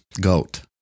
Goat